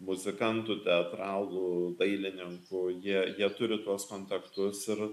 muzikantų teatralų dailininkų jie jie turi tuos kontaktus ir